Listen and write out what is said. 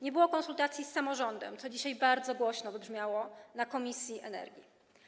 Nie było konsultacji z samorządem, co dzisiaj bardzo głośno wybrzmiało na posiedzeniu komisji energii.